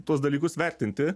tuos dalykus vertinti